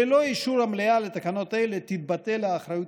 ללא אישור המליאה לתקנות אלה תתבטל האחריות